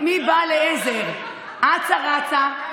חברת הכנסת רגב, בבקשה.